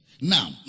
Now